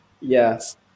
Yes